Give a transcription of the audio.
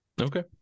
okay